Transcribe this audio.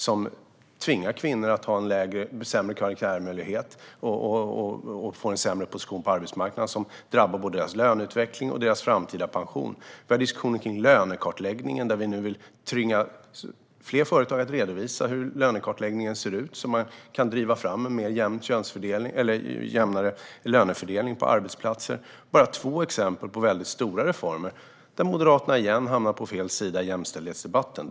Den tvingar kvinnor till sämre karriärmöjligheter och gör att de får en sämre position på arbetsmarknaden. Och det drabbar både deras löneutveckling och deras framtida pension. Vi har också diskussionen om lönekartläggning. Vi vill nu tvinga fler företag att redovisa hur lönefördelningen ser ut, så att man kan driva fram en jämnare lönefördelning på arbetsplatserna. Det är bara två exempel på stora reformer där Moderaterna återigen hamnar på fel sida i jämställdhetsdebatten.